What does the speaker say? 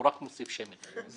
הוא רק מוסיף שמן,